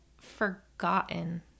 forgotten